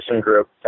group